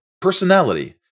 personality